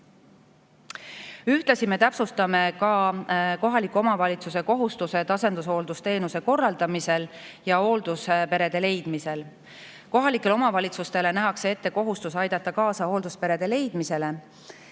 Ühtlasi me täpsustame kohaliku omavalitsuse kohustusi asendushooldusteenuse korraldamisel ja hooldusperede leidmisel. Kohalikele omavalitsustele nähakse ette kohustus aidata kaasa hooldusperede leidmisele.